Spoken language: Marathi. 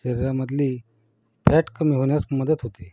शरीरामधली फॅट कमी होण्यास मदत होते